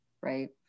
Right